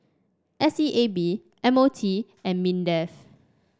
S E A B M O T and Mindef